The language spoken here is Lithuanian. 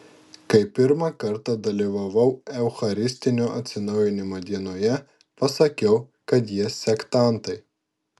kai pirmą kartą dalyvavau eucharistinio atsinaujinimo dienoje pasakiau kad jie sektantai